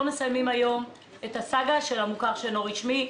מסיימים היום את הסאגה של המוכר שאינו רשמי,